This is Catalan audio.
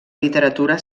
literatura